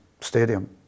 stadium